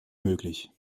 möglich